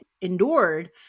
endured